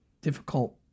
difficult